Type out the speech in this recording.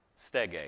stege